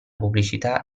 pubblicità